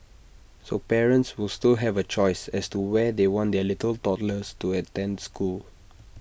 so parents will still have A choice as to where they want their little toddlers to attend school